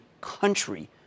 country